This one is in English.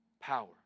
power